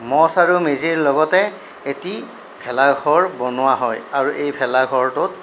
মঠ আৰু মেজিৰ লগতে এটি ভেলাঘৰ বনোৱা হয় আৰু এই ভেলাঘৰটোত